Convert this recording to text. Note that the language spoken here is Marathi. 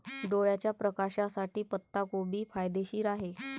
डोळ्याच्या प्रकाशासाठी पत्ताकोबी फायदेशीर आहे